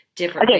Okay